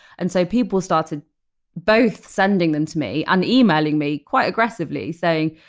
and so people started both sending them to me and emailing me quite aggressively saying,